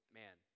man